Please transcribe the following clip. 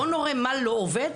בואו נראה מה לא עובד,